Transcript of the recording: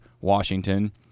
Washington